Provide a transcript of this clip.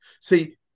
See